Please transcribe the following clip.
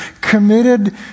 committed